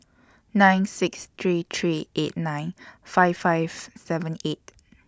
nine six three three eight nine five five seven eight